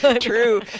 True